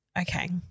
okay